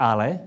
Ale